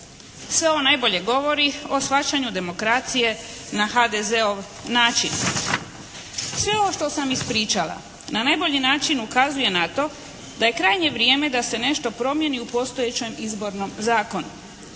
Sve ovo najbolje govori o shvaćanju demokracije na HDZ-ov način. Sve ovo što sam ispričala na najbolji način ukazuje na to da je krajnje vrijeme da se nešto promijeni u postojećem Izbornom zakonu.